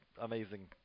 amazing